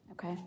Okay